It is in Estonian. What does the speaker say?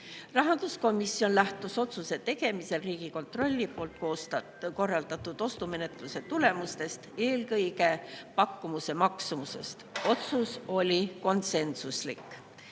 Rahanduskomisjon lähtus otsuse tegemisel Riigikontrolli korraldatud ostumenetluse tulemustest, eelkõige pakkumuse maksumusest. Otsus oli konsensuslik.